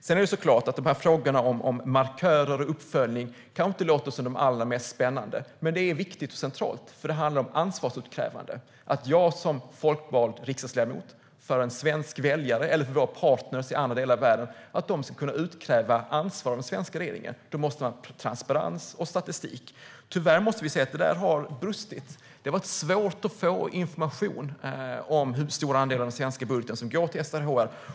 Det är klart att dessa frågor om markörer och uppföljning kanske inte låter som de allra mest spännande. Men de är viktiga och centrala, eftersom de handlar om ansvarsutkrävande och om att jag som folkvald riksdagsledamot av svenska väljare, och våra partner i andra delar av världen, ska kunna utkräva ansvar av den svenska regeringen. Då måste det finnas transparens och statistik. Tyvärr har detta brustit. Det har varit svårt att få information om hur stor andel av den svenska budgeten som går till SRHR.